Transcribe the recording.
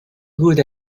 good